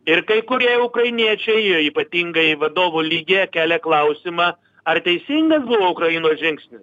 ir kai kurie ukrainiečiai jie ypatingai vadovų lygyje kelia klausimą ar teisingas buvo ukrainos žingsnis